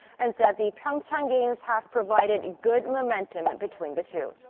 and said the pyeongchang games have provided good momentum and between the two.